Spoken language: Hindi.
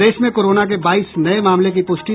प्रदेश में कोरोना के बाईस नये मामले की पुष्टि